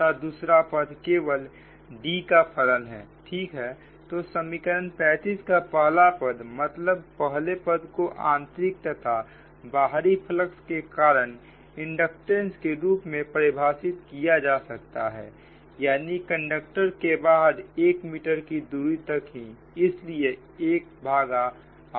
तथा दूसरा पद केवल D का फलन है ठीक है तो समीकरण 35 का पहला पद मतलब पहले पद को आंतरिक तथा बाहरी फ्लक्स के कारण इंडक्टेंस के रूप में परिभाषित किया जा सकता है यानी कंडक्टर के बाहर 1 मीटर की दूरी तक ही इसलिए 1 भागा r